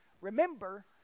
Remember